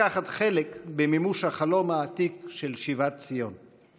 לקחת חלק במימוש החלום העתיק של שיבת ציון.